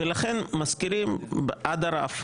ולכן משכירים עד הרף,